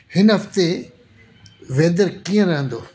हिन हफ़्ते वेदर कीअं रहंदो